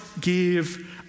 give